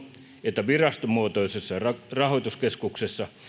että virastomuotoisessa rahoituskeskuksessa